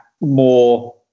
more